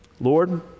Lord